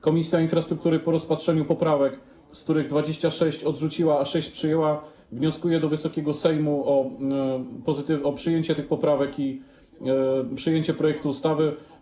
Komisja Infrastruktury po rozpatrzeniu poprawek, z których 26 odrzuciła, a sześć przyjęła, wnioskuje do Wysokiego Sejmu o przyjęcie tych sześciu poprawek i przyjęcie projektu ustawy.